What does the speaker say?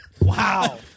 Wow